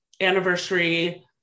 anniversary